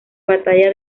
batalla